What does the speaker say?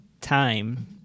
time